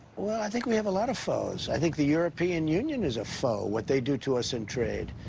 well, i think we have a lot of foes. i think the european union is a foe, what they do to us in trade.